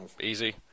easy